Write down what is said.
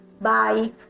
bye